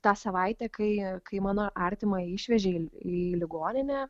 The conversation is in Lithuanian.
tą savaitę kai kai mano artimą išvežė į į ligoninę